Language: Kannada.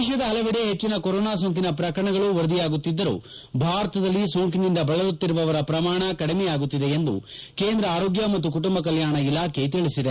ದೇಶದ ಹಲವೆಡೆ ಹೆಚ್ಚಿನ ಕೊರೊನಾ ಸೋಂಕಿನ ಪ್ರಕರಣಗಳು ವರದಿಯಾಗುತ್ತಿದ್ದರೂ ಭಾರತದಲ್ಲಿ ಸೋಂಕಿನಿಂದ ಬಳಲುತ್ತಿರುವವರ ಪ್ರಮಾಣ ಕಡಿಮೆಯಾಗುತ್ತಿದೆ ಎಂದು ಕೇಂದ್ರ ಆರೋಗ್ಯ ಮತ್ತು ಕುಟುಂಬ ಕಲ್ಲಾಣ ಇಲಾಖೆ ತಿಳಿಸಿದೆ